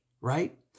right